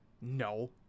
no